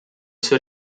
sue